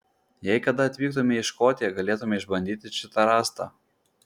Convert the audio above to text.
jei kada atvyktumei į škotiją galėtumei išbandyti šitą rąstą